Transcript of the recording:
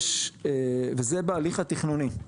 זה בהליך התכנוני.